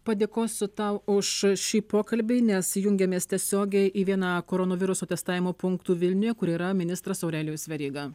padėkosiu tau už šį pokalbį nes jungiamės tiesiogiai į vieną koronaviruso testavimo punktų vilniuje kur yra ministras aurelijus veryga